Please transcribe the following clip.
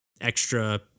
extra